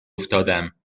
افتادم